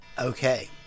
Okay